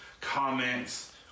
comments